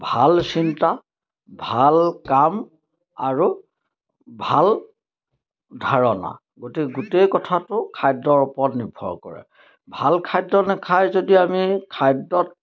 ভাল চিন্তা ভাল কাম আৰু ভাল ধাৰণা গতিকে গোটেই কথাটো খাদ্যৰ ওপৰত নিৰ্ভৰ কৰে ভাল খাদ্য নেখায় যদি আমি খাদ্যত